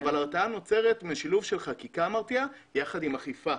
אבל הרתעה נוצרת משילוב של חקיקה מרתיעה יחד עם אכיפה.